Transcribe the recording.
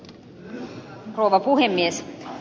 arvoisa rouva puhemies